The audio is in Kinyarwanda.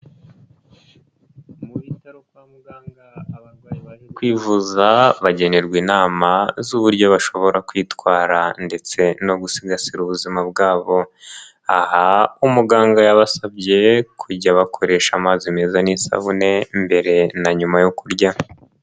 Mu bitaro kwa muganga abarwayi baje kwivuza bagenerwa inama z'uburyo bashobora kwitwara ndetse no gusigasira ubuzima bwabo, aha umuganga yabasabye kujya bakoresha amazi meza n'isabune mbere na nyuma yo kurya.